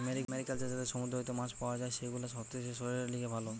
mariculture যাতে সমুদ্র হইতে মাছ পাওয়া যাই, সেগুলা হতিছে শরীরের লিগে ভালো